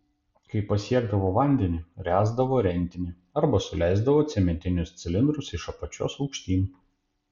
kai pasiekdavo vandenį ręsdavo rentinį arba suleisdavo cementinius cilindrus iš apačios aukštyn